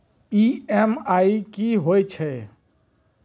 EMI कि होय छै?